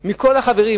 מכל החברים,